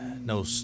No